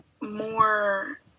more